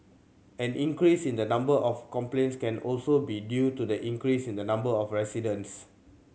an increase in the number of complaints can also be due to the increase in the number of residents